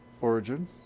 origin